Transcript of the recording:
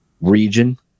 region